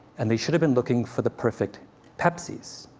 and they should have been looking for the perfect pepsis.